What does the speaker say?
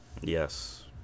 Yes